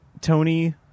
Tony